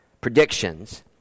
predictions